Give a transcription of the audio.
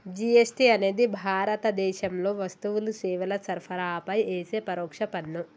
GST అనేది భారతదేశంలో వస్తువులు, సేవల సరఫరాపై యేసే పరోక్ష పన్ను